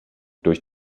durch